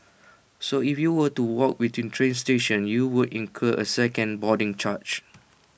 so if you were to walk between train stations you would incur A second boarding charge